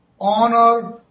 honor